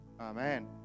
Amen